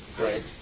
Right